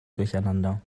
durcheinander